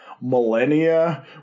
millennia